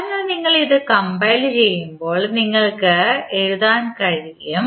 അതിനാൽ നിങ്ങൾ ഇത് കംപൈൽ ചെയ്യുമ്പോൾ നിങ്ങൾക്ക് എന്താണ് എഴുതാൻ കഴിയുക